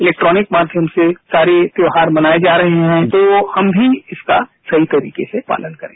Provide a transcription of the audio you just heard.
electronic माध्यम से सारे त्योहार मनाए जा रहे हैं तो हम भी इसका सही तरीके से पालन करें